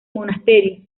monasterios